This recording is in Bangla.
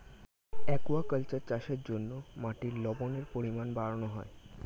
অ্যাকুয়াকালচার চাষের জন্য মাটির লবণের পরিমাণ বাড়ানো হয়